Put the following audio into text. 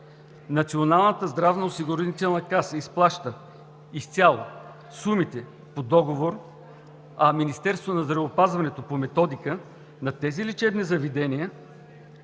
Националната здравноосигурителна каса изплаща изцяло сумите по договор, а Министерството на здравеопазването по методика на тези лечебни заведения